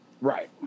Right